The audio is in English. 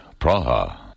Praha